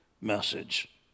message